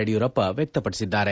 ಯಡಿಯೂರಪ್ಪ ವ್ಯಕ್ತಪಡಿಸಿದ್ದಾರೆ